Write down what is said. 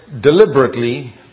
deliberately